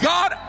God